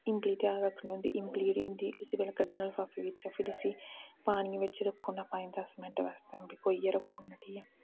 इंबली त्यार रक्खनी होंदी इंबली जेह्ड़ी होंदी उसी पैह्लें उसी कड्ढना लफाफे बिच्चा फिर उसी पानियै बिच्च रक्खी ओड़ना पंज दस मिंट्ट बास्तै भिगोइयै रक्खी ओड़ना ठीक ऐ